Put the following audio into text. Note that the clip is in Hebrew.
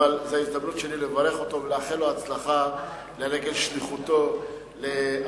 וזו ההזדמנות שלי לברך אותו ולאחל לו הצלחה בשליחותו בארצות-הברית.